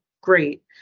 great